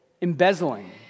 embezzling